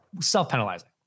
self-penalizing